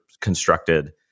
constructed